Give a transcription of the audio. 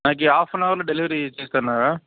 నాకు ఈ half an హవర్లో డెలివరీ ఇచ్చేస్తారా